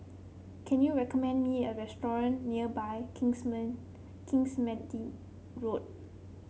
can you recommend me a restaurant near by Kingsmead Road